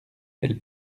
elle